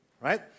right